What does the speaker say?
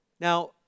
Now